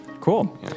Cool